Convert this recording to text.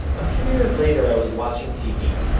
a few years later, i was watching tv.